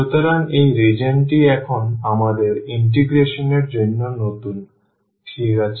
সুতরাং এই রিজিওনটি এখন আমাদের ইন্টিগ্রেশন এর জন্য নতুন ঠিক আছে